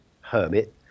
hermit